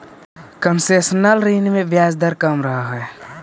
concessional ऋण में ब्याज दर कम रहऽ हइ